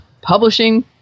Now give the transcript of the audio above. Publishing